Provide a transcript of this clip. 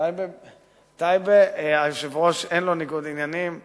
טייבה, היושב-ראש, אין לו ניגוד עניינים.